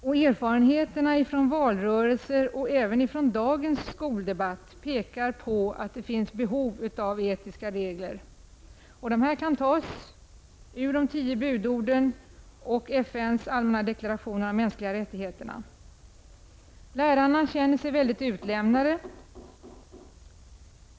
Men erfarenheter från valrörelsen och även från dagen skoldebatt pekar på att det finns behov av etiska regler. Dessa regler kan tas ur de tio budorden och Lärarna känner sig väldigt utlämnade.